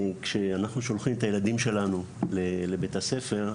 כשאנחנו שולחים את הילדים שלנו לבית הספר,